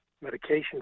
medication